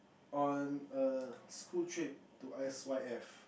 on a school trip to S_Y_F